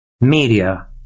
media